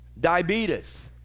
diabetes